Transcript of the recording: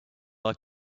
like